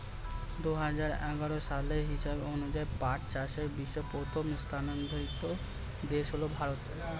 দুহাজার এগারো সালের হিসাব অনুযায়ী পাট চাষে বিশ্বে প্রথম স্থানাধিকারী দেশ হল ভারত